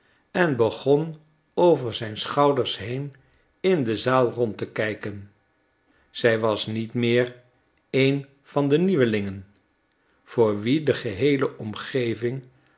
en begon over zijn schouders heen in de zaal rond te kijken zij was niet meer een van die nieuwelingen voor wie de geheele omgeving